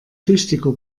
tüchtiger